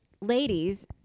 ladies